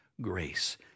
grace